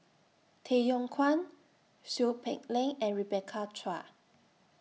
Tay Yong Kwang Seow Peck Leng and Rebecca Chua